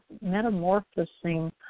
metamorphosing